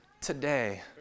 today